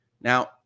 Now